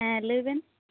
ᱦᱮᱸ ᱞᱟ ᱭᱵᱤᱱ